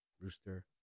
rooster